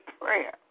prayer